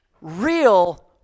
real